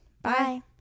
Bye